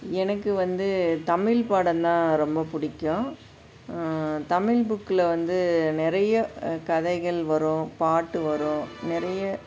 எனக்கு வந்து தமிழ் பாடம் தான் ரொம்ப பிடிக்கும் தமிழ் புக்கில் வந்து நிறைய கதைகள் வரும் பாட்டு வரும் நிறைய